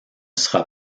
sera